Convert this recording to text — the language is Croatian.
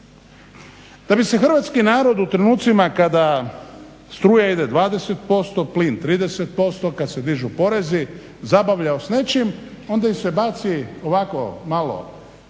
Da bi se hrvatski narod u trenucima kada struja ide 20%, plin 30%, kad se dižu porezi zabavljao s nečim onda im se baci ovako malo